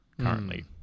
Currently